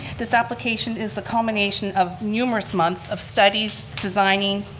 this application is the combination of numerous months of studies, designing,